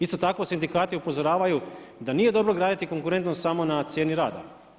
Isto tako sindikati upozoravaju da nije dobro graditi konkurentnost samo na cijeni rada.